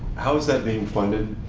how is that being funded?